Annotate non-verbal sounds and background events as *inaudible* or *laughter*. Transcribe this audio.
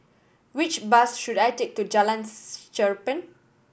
which bus should I take to Jalan *noise* Cherpen